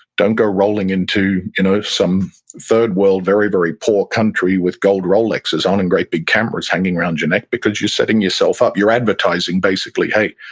don't go rolling into you know some third-world, very, very poor country with gold rolexes on and great big cameras hanging around your neck because you're setting yourself up. you're advertising, basically, hey,